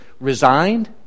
resigned